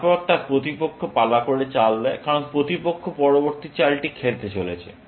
তারপরে তার প্রতিপক্ষ পালা করে চাল দেয় কারণ প্রতিপক্ষ পরবর্তী চালটি খেলতে চলেছে